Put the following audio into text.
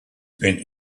spent